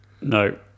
No